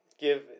give